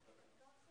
אושר?